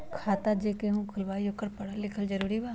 खाता जे केहु खुलवाई ओकरा परल लिखल जरूरी वा?